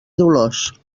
dolors